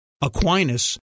Aquinas